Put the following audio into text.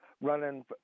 running